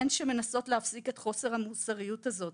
הן שמנסות להפסיק את חוסר המוסריות הזו,